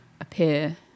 appear